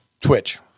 Twitch